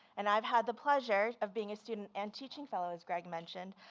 and i've had the pleasure of being a student and teaching fellow, as greg mentioned,